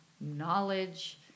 knowledge